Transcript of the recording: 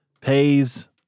pays